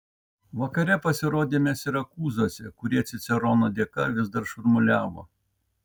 vakare pasirodėme sirakūzuose kurie cicerono dėka vis dar šurmuliavo